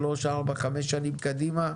שלוש-ארבע-חמש שנים קדימה,